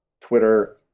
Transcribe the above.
Twitter